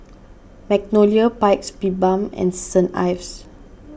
Magnolia Paik's Bibim and Saint Ives